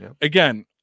Again